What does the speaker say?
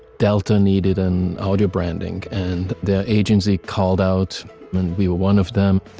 delta needed an audio branding, and their agency called out, and we were one of them,